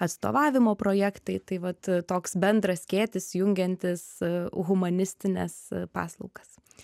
atstovavimo projektai tai vat toks bendras skėtis jungiantis humanistines paslaugas